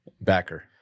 backer